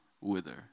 wither